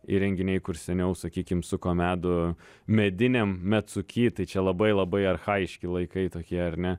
įrenginiai kur seniau sakykim suko medų mediniam medsuky tai čia labai labai archajiški laikai tokie ar ne